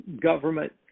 government